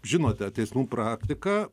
žinote teismų praktiką